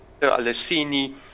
Alessini